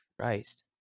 Christ